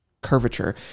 curvature